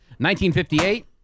1958